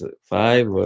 five